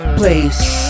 place